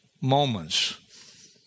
moments